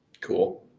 Cool